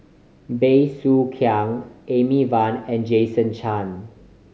Bey Soo Khiang Amy Van and Jason Chan